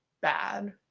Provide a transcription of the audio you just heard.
bad